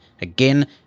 Again